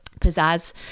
pizzazz